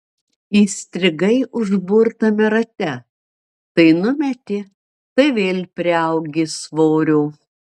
įstrigai užburtame rate tai numeti tai vėl priaugi svorio